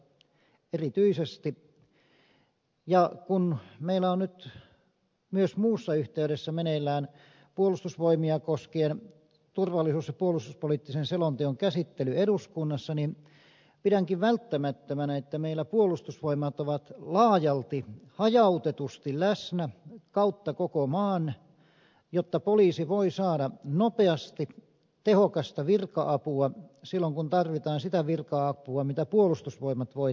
kun meillä on nyt myös muussa yhteydessä meneillään puolustusvoimia koskien turvallisuus ja puolustuspoliittisen selonteon käsittely eduskunnassa niin pidänkin välttämättömänä että meillä puolustusvoimat ovat laajalti hajautetusti läsnä kautta koko maan jotta poliisi voi saada nopeasti tehokasta virka apua silloin kun tarvitaan sitä virka apua mitä puolustusvoimat voi tarjota